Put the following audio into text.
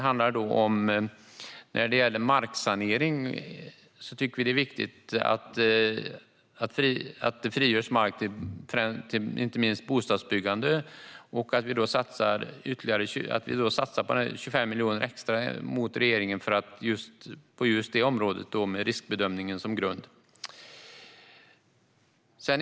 När det gäller marksanering är det viktigt att det frigörs mark till inte minst bostadsbyggande. Vi satsar 25 miljoner mer än regeringen på just detta område, med riskbedömning som grund.